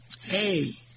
Hey